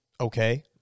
Okay